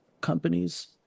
companies